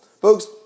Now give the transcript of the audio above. Folks